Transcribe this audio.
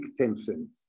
tensions